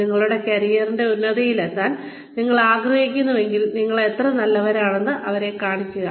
നിങ്ങളുടെ കരിയറിന്റെ ഉന്നതിയിലെത്താൻ നിങ്ങൾ ആഗ്രഹിക്കുന്നുവെങ്കിൽ നിങ്ങൾ എത്ര നല്ലവനാണെന്ന് അവരെ കാണിക്കുക